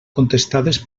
contestades